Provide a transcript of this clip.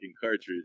cartridge